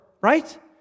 Right